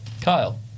Kyle